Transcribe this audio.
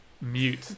mute